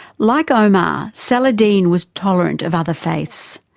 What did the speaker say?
like omar, saladin was tolerant of other faiths,